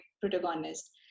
protagonist